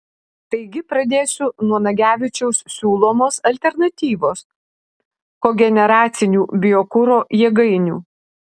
taigi pradėsiu nuo nagevičiaus siūlomos alternatyvos kogeneracinių biokuro jėgainių